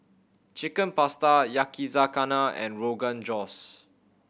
Chicken Pasta Yakizakana and Rogan Josh